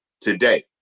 today